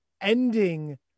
ending